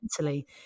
mentally